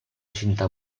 cinta